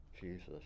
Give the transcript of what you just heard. Jesus